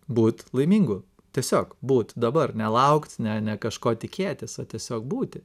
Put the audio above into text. būt laimingu tiesiog būt dabar ne laukt ne ne kažko tikėtis o tiesiog būti